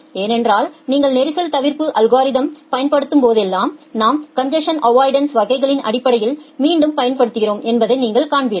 ஏனென்றால் நீங்கள் நெரிசல் தவிர்ப்பு அல்கோரிதம் பயன்படுத்தும்போதெல்லாம் நாம் கன்ஜசன் அவ்வாய்டன்ஸ் வகைகளின் அடிப்படையில் மீண்டும் பயன்படுத்துகிறோம் என்பதை நீங்கள் காண்பீர்கள்